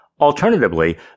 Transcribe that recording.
Alternatively